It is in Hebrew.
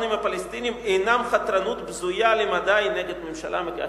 עם הפלסטינים אינן חתרנות בזויה למדי נגד ממשלה מכהנת?